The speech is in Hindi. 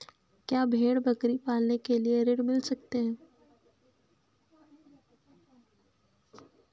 क्या भेड़ बकरी पालने के लिए ऋण मिल सकता है?